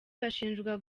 bashinjwa